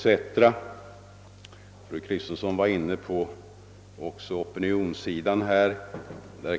Fru Kristensson gick också in på frågans opinionsmässiga sida.